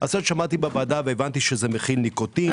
שמעתי בוועדה והבנתי שזה מכיל ניקוטין,